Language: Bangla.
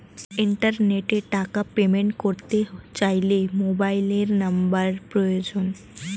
ইন্টারনেটে টাকা পেমেন্ট করতে চাইলে মোবাইল নম্বর প্রয়োজন